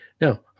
Now